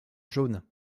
jaune